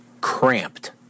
cramped